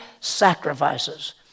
sacrifices